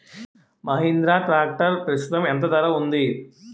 Mahindra tractor ప్రస్తుతం ఎంత ధర ఉంది?